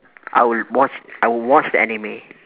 I will watch I will watch the anime